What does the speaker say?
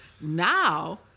Now